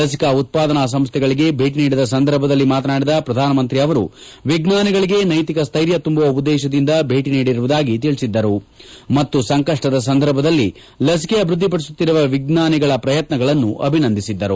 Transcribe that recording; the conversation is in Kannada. ಲಸಿಕಾ ಉತ್ತಾದನಾ ಸಂಸ್ಥೆಗಳಗೆ ಭೇಟಿ ನೀಡಿದ ಸಂದರ್ಭದಲ್ಲಿ ಮಾತನಾಡಿದ ಪ್ರಧಾನಮಂತ್ರಿ ಅವರು ವಿಜ್ಞಾನಿಗಳಿಗೆ ನೈತಿಕ ಸ್ಟೈರ್ಯ ತುಂಬುವ ಉದ್ದೇಶದಿಂದ ಭೇಟಿ ನೀಡಿರುವುದಾಗಿ ತಿಳಿಸಿದ್ದರು ಮತ್ತು ಸಂಕಪ್ಪದ ಸಂದರ್ಭದಲ್ಲಿ ಲಸಿಕೆ ಅಭಿವೃದ್ಧಿ ಪಡಿಸುತ್ತಿರುವ ವಿಜ್ಞಾನಿಗಳ ಪ್ರಯತ್ನಗಳನ್ನು ಅಭಿನಂದಿಸಿದ್ದರು